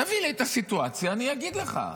תביא לי את הסיטואציה, אני אגיד לך.